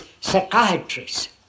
psychiatrists